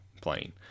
playing